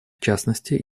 частности